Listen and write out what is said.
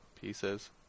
pieces